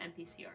MPCR